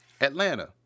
Atlanta